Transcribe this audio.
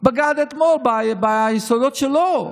בגדה אתמול ביסודות שלה.